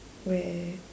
where